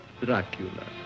Dracula